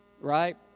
Right